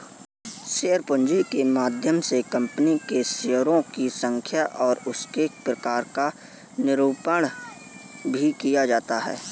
share पूंजी के माध्यम से कंपनी के शेयरों की संख्या और उसके प्रकार का निरूपण भी किया जाता है